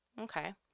Okay